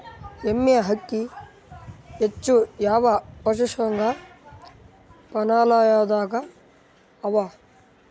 ಎಮ್ಮೆ ಅಕ್ಕಿ ಹೆಚ್ಚು ಯಾವ ಪಶುಸಂಗೋಪನಾಲಯದಾಗ ಅವಾ?